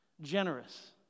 generous